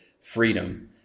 freedom